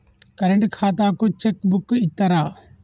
Current ఖాతాకు check book ఇత్తరా?